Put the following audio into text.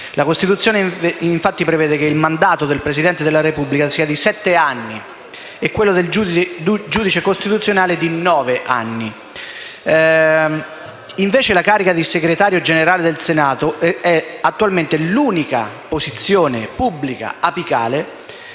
La Costituzione, infatti, prevede che il mandato del Presidente della Repubblica sia di sette anni e quello del giudice costituzionale di nove anni. Invece, la carica di Segretario Generale è attualmente l'unica posizione pubblica apicale